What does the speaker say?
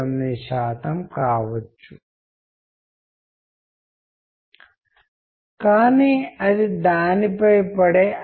ఉదాహరణకు మీరు కంప్యూటర్ ప్రోగ్రామర్గా ఎంత మంచివారు లేదా మీరు ఎంత మంచి మెకానికల్ ఇంజనీర్ లేదా ఏదైనా ఎడిట్ చేయడంలో ఎంత మంచివారో చెప్పగలం